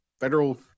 federal